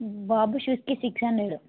బాబు షూస్కి six hundred